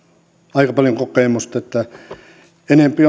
aika paljon kokemusta enempi